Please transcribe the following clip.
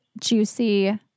juicy